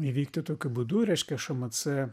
įvykti tokiu būdu reiškia šmc